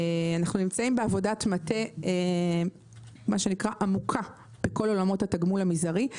אנחנו בעבודת מטה עמוקה בכל עולמות התגמול המזערי.